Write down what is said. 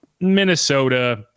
Minnesota